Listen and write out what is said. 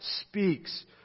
speaks